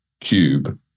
cube